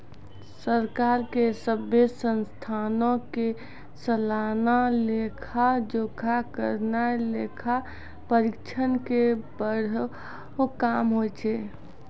सरकार के सभ्भे संस्थानो के सलाना लेखा जोखा करनाय लेखा परीक्षक के बड़ो काम होय छै